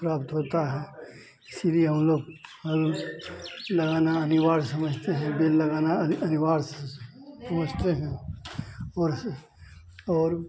प्राप्त होता है इसलिए हम लोग फल लगाना अनिवार्य समझते हैं बेल लगाना अनिवार्य समझते हैं और और